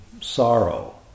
sorrow